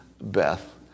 Beth